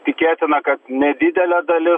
tikėtina kad nedidelė dalis